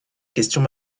questions